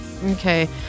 okay